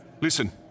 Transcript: Listen